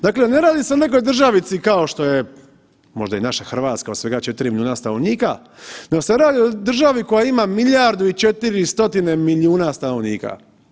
Dakle ne radi se o nekoj državici kao što je možda i naša Hrvatska od svega 4 milijuna stanovnika nego se radi o državi koja ima milijardu i 400 milijuna stanovnika.